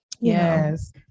Yes